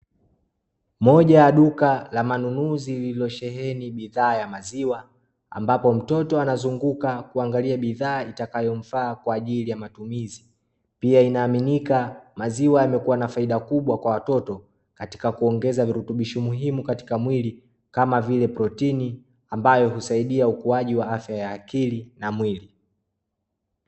Moja ya duka la manunuzi lililosheheni bidhaa ya maziwa ambapo mtoto anazunguka kuangalia bidhaa itakayomfaa kwa ajili ya matumizi. Pia inaaminika maziwa yamekuwa na faida kubwa kwa watoto katika kuongeza virutubisho muhimu katika mwili, kama vile Protini, ambayo husaidia ukuaji wa afya ya akili na mwili.